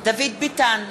דוד ביטן,